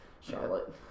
Charlotte